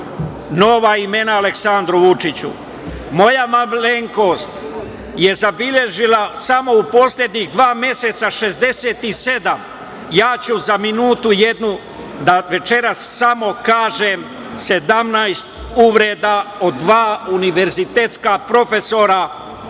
nova imena Aleksandru Vučiću. Moja malenkost je zabeležila samo u poslednjih dva meseca 67, a ja ću za jednu minutu da večeras kažem samo 17 uvreda od dva univerzitetska profesora koje